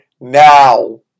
now